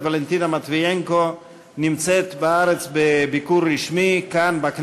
ולנטינה מטביינקו נמצאת בביקור רשמי כאן בארץ,